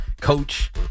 coach